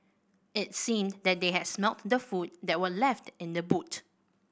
it seemed that they had smelt the food that were left in the boot